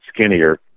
skinnier